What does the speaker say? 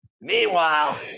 Meanwhile